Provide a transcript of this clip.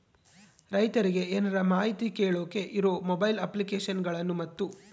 ರೈತರಿಗೆ ಏನರ ಮಾಹಿತಿ ಕೇಳೋಕೆ ಇರೋ ಮೊಬೈಲ್ ಅಪ್ಲಿಕೇಶನ್ ಗಳನ್ನು ಮತ್ತು?